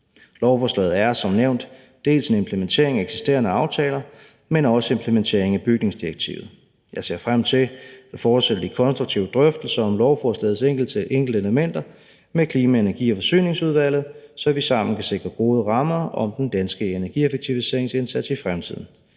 Lovforslaget er som nævnt dels en implementering af eksisterende aftaler, dels en implementering af bygningsdirektivet. Jeg ser frem til at fortsætte de konstruktive drøftelser om lovforslagets enkelte elementer med Klima-, Energi- og Forsyningsudvalget, så vi sammen kan sikre gode rammer om den danske energieffektiviseringsindsats i fremtiden.